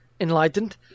enlightened